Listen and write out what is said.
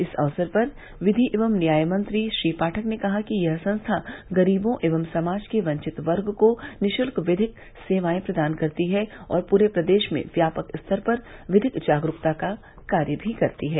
इस अवसर पर विधि एवं न्यायमंत्री श्री पाठक ने कहा कि यह संस्था गरीबों एवं समाज के वंचित वर्ग को निःशुल्क विधिक सेवाएं प्रदान करती है और पूरे प्रदेश में व्यापक स्तर पर विधिक जागरूकता का कार्य भी करती है